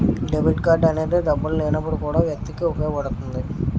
debit card అనేది డబ్బులు లేనప్పుడు కూడా వ్యక్తికి ఉపయోగపడుతుంది